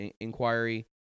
inquiry